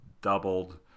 doubled